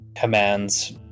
commands